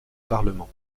parlement